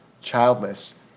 childless